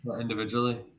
Individually